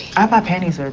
i buy panties there,